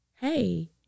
Hey